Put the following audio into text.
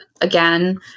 again